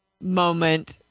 moment